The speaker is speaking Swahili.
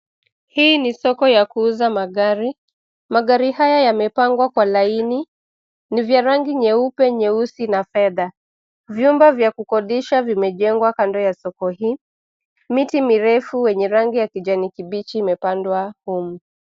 Hii ni soko ya kuuza magari. Mgari haya yamepangwa kwa laini. Ni vya rangi nyeupe, nyeusi na fedha. Vyumba vya kukodisha vimejengwa kando ya soko hii. Miti mirefu yenye rangi ya kijani kibichi imepandwa humu.